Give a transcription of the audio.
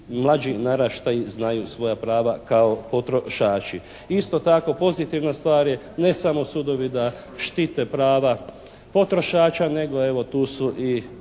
mlađi naraštaji znaju svoja prava kao potrošači. Isto tako pozitivna stvar je ne samo sudovi da štite prava potrošača nego evo tu su i sudovi